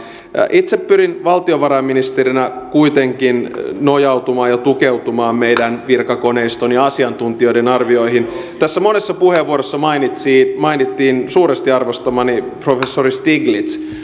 itse pyrin valtiovarainministerinä kuitenkin nojautumaan ja tukeutumaan meidän virkakoneiston ja asiantuntijoiden arvioihin monessa puheenvuorossa mainittiin suuresti arvostamani professori stiglitz